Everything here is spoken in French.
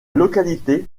localité